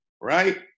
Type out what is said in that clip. right